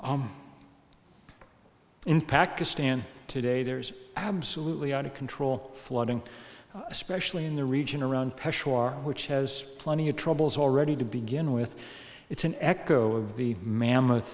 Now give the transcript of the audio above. in pakistan today there's absolutely out of control flooding especially in the region around peshawar which has plenty of troubles already to begin with it's an echo of the mammoth